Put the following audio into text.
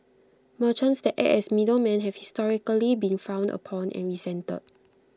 merchants that act as middlemen have historically been frowned upon and resented